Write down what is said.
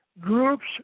groups